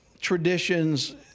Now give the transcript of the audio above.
traditions